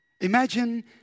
Imagine